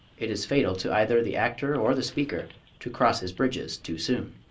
it is fatal to either the actor or the speaker to cross his bridges too soon.